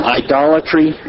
idolatry